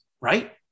right